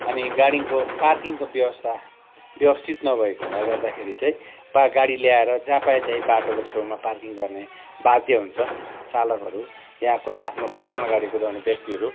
अनि गाडीको पार्किङको व्यवस्था व्यवस्थित नभएको हुनाले गर्दाखेरि चाहिँ प्रायः गाडी ल्याएर जहाँ पायो त्यहीँ बाटोको छेउमा पार्किङ गर्ने बाध्य हुन्छ चालकहरू या कोही आफ्नो पर्सनल गाडी कुदाउने व्यक्तिहरू